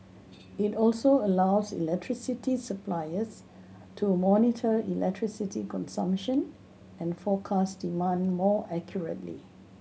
it also allows electricity suppliers to monitor electricity consumption and forecast demand more accurately